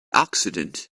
accident